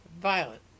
violent